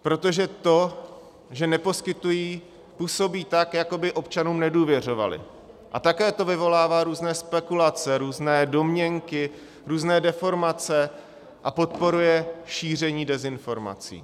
Protože to, že neposkytují, působí tak, jako by občanům nedůvěřovali, a také to vyvolává různé spekulace, různé domněnky, různé deformace a podporuje šíření dezinformací.